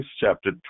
chapter